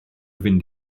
fynd